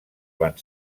van